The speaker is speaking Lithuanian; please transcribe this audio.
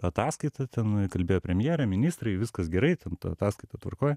ataskaitą ten kalbėjo premjerė ministrai viskas gerai ten ta ataskaita tvarkoj